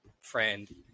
friend